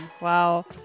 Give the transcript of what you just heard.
Wow